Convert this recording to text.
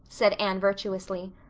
said anne virtuously.